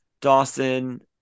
Dawson